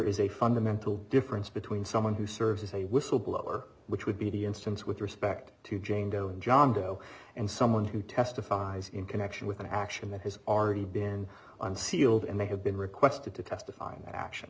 is a fundamental difference between someone who serves as a whistleblower which would be the instance with respect to jane doe and john doe and someone who testifies in connection with an action that has already been unsealed and they have been requested to testify in that action